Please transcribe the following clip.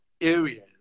areas